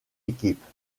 équipes